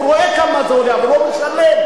הוא רואה כמה זה עולה, אבל הוא לא משלם.